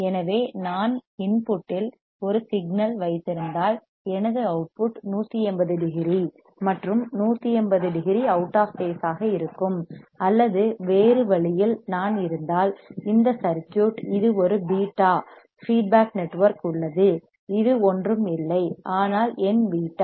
எனவே நான் இன்புட்டில் ஒரு சிக்னல் வைத்திருந்தால் எனது அவுட்புட் 180 டிகிரி மற்றும் 180 டிகிரி அவுட் ஆஃப் பேஸ் ஆக இருக்கும் அல்லது வேறு வழியில் நான் இருந்தால் இந்த சர்க்யூட் இது ஒரு பீட்டா ஃபீட்பேக் நெட்வொர்க் உள்ளது இது ஒன்றும் இல்லை ஆனால் என் பீட்டா